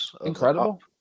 Incredible